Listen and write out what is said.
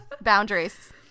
boundaries